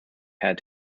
had